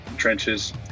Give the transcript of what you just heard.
trenches